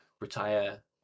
retire